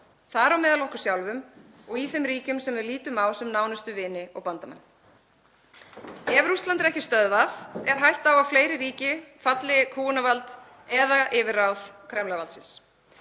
þar á meðal okkur sjálf og í þeim ríkjum sem við lítum á sem nánustu vini og bandamenn. Ef Rússland er ekki stöðvað er hætta á að fleiri ríki falli undir kúgunarvald eða yfirráð Kremlarvaldsins.